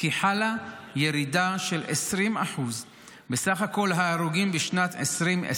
כי חלה ירידה של 20% בסך כל ההרוגים בשנת 2024